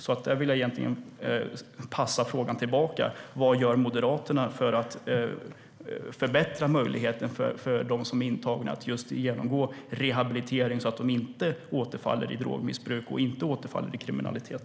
Jag vill därför passa frågan tillbaka: Vad gör Moderaterna för att förbättra möjligheterna för intagna att genomgå rehabilitering så att de inte återfaller i drogmissbruk och kriminalitet?